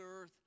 earth